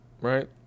right